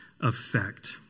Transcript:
effect